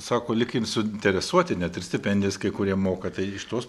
sako lyg ir suinteresuoti net ir stipendijas kai kurie moka tai iš tos